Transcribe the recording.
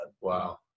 wow